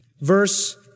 verse